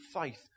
faith